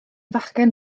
fachgen